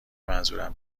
منظورم